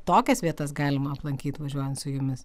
tokias vietas galima aplankyt važiuojant su jumis